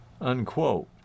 Unquote